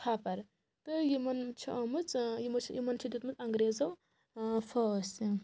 تھاپر تہٕ یِمن چھِ آمٕژ یِمن چھِ یِمن چھِ دیُتمُت انٛگریزو پھٲسۍ